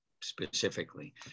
specifically